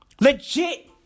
Legit